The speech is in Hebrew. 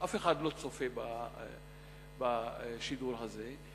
ואף אחד לא צופה בשידור הזה.